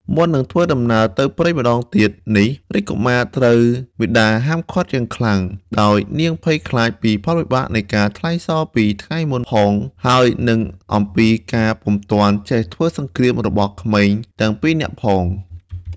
មុននឹងធ្វើដំណើរទៅព្រៃម្តងទៀតនេះ រាជកុមារត្រូវមាតាហាមឃាត់យ៉ាងខ្លាំង ដោយនាងភ័យខ្លាចពីផលវិបាកនៃការថ្លែងសរពីថ្ងៃមុនផង ហើយនិងអំពីការពុំទាន់ចេះធ្វើសង្គ្រាម របស់ក្មេងទាំងពីរនាក់ផង។